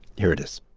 here it is